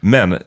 Men